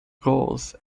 goals